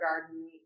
Garden